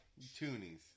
toonies